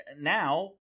now